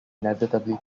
inevitably